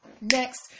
Next